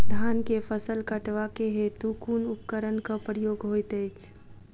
धान केँ फसल कटवा केँ हेतु कुन उपकरणक प्रयोग होइत अछि?